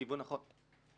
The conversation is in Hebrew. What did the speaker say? הכיוון נכון.